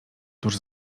tuż